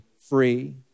free